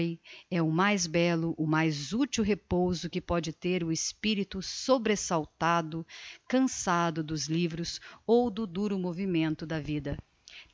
é o mais belo o mais util repouso que póde ter o espirito sobresaltado cançado dos livros ou do duro movimento da vida